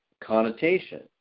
connotation